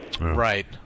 Right